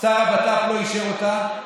שר הבט"פ לא אישר אותה,